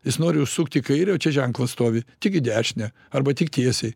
jis nori sukti į kairę o čia ženklas stovi tik į dešinę arba tik tiesiai